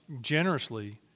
generously